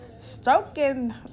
stroking